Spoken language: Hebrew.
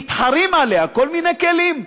מתחרים עליה כל מיני כלים.